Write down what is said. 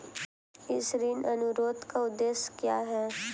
इस ऋण अनुरोध का उद्देश्य क्या है?